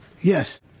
yes